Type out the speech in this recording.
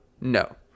No